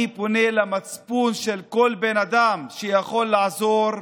אני פונה למצפון של כל בן אדם שיכול לעזור: